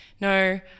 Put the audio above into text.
no